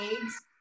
eggs